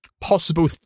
possible